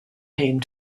came